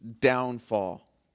downfall